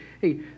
hey